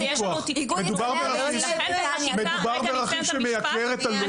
מדובר ברכיב שמייקר את הלול.